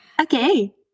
Okay